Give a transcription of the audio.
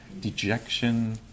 dejection